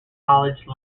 college